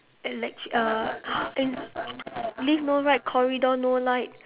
and electric uh lift no light corridor no light